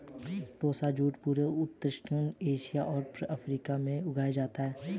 टोसा जूट पूरे उष्णकटिबंधीय एशिया और अफ्रीका में उगाया जाता है